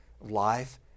life